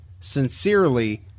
Sincerely